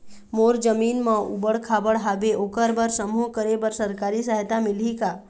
मोर जमीन म ऊबड़ खाबड़ हावे ओकर बर समूह करे बर सरकारी सहायता मिलही का?